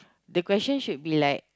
the question should be like